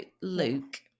luke